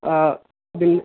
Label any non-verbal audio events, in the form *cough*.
ആ *unintelligible*